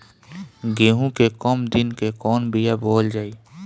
गेहूं के कम दिन के कवन बीआ बोअल जाई?